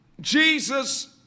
Jesus